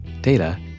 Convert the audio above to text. data